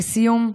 לסיום,